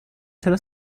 چرا